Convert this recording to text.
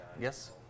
Yes